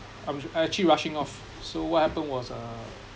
I'm I actually rushing off so what happened was uh